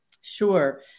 Sure